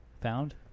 found